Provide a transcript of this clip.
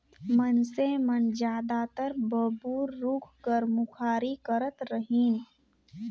मइनसे मन जादातर बबूर रूख कर मुखारी करत रहिन